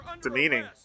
demeaning